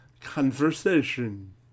conversation